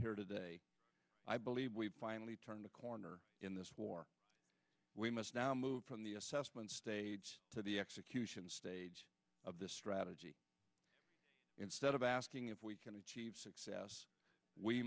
here today i believe we finally turned the corner in this war we must now move from the assessment stage to the execution stage of this strategy instead of asking if we can achieve success we